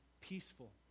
peaceful